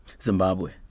Zimbabwe